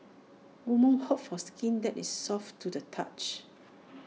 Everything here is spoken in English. women hope for skin that is soft to the touch